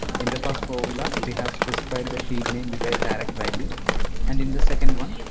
in the first formula we have specified the sheet name with a direct value and in the second one,